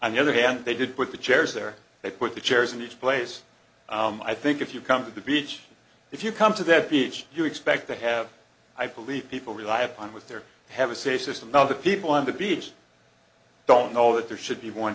on the other hand they did with the chairs there they put the chairs in each place i think if you come to the beach if you come to that beach you expect to have i believe people rely upon with their have a say system now the people on the beach don't know that there should be one